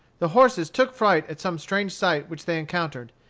the horses took fright at some strange sight which they encountered,